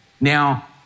Now